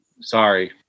sorry